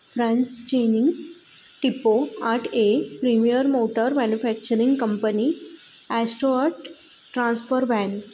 फ्रँसचिनिंग टिप्पो आठ A premier motor manufacturing company ॲस्ट्रोअट ट्रान्सपर वॅन